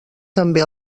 també